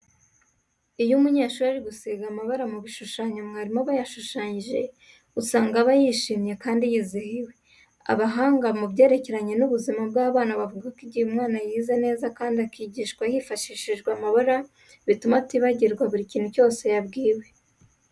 Iyo umunyeshuri ari gusiga amabara mu bishushanyo mwarimu aba yashushanyije usanga aba yishimye kandi yizihiwe. Abahanga mu byerekeranye n'ubuzima bw'abana bavuga ko igihe umwana yize neza kandi akigishwa hifashishijwe amabara bituma atibagirwa buri kintu cyose yabwiwe.